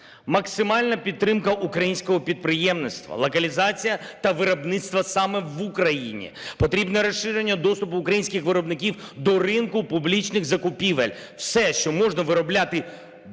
Максимальна підтримка українського підприємництва, локалізація та виробництво саме в Україні. Потрібне розширення доступу українських виробників до ринку публічних закупівель. Все, що можна виробляти тут,